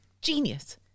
genius